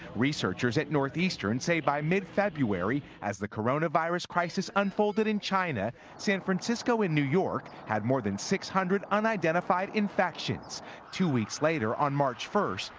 researchers at northeastern say by mid february as the coronavirus crisis unfolded in china, san francisco and new york had more than six hundred unidentified infections two weeks later on march first,